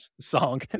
song